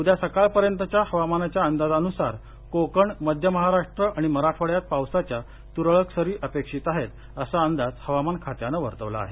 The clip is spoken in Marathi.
उद्या सकाळपर्यंतच्या हवामानाच्या अंदाजानुसार कोकण मध्य महाराष्ट्र आणि मराठवाङ्यात पावसाच्या तुरळक सरी अपेक्षीत आहेत असा अंदाज हवामान खात्यानं वर्तवला आहे